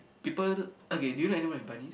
people okay do you know anyone who has bunnies